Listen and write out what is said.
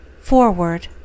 Forward